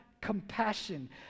compassion